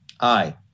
Aye